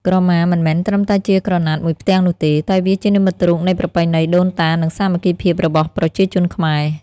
ក្រមា មិនមែនត្រឹមតែជាក្រណាត់មួយផ្ទាំងនោះទេ តែវាជានិមិត្តរូបនៃប្រពៃណីដូនតា និងសាមគ្គីភាពរបស់ប្រជាជនខ្មែរ។